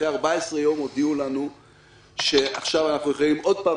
אחרי 14 ימים הודיעו לנו שעכשיו אנחנו יכולים עוד פעם